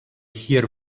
here